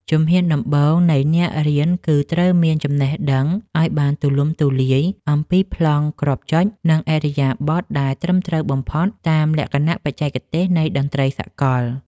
ជំហានដំបូងនៃអ្នករៀនគឺត្រូវមានចំណេះដឹងឱ្យបានទូលំទូលាយអំពីប្លង់គ្រាប់ចុច និងឥរិយាបថដែលត្រឹមត្រូវបំផុតតាមលក្ខណៈបច្ចេកទេសនៃតន្ត្រីសកល។